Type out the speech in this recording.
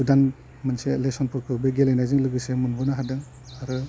गोदान मोनसे लेशनफोरखौ बे गेलेनायजों लोगोसे मोनबोनो हादों आरो